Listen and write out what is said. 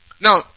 Now